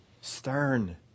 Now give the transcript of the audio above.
stern